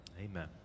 Amen